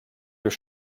your